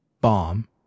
bomb